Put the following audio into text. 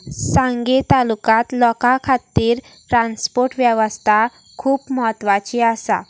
सांगे तालुकांत लोकां खातीर ट्रान्स्पोर्ट वेवस्था खूब म्हत्वाची आसा